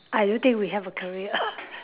I don't think we have a career